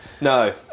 No